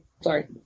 sorry